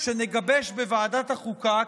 שנגבש בוועדת החוקה,